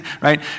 right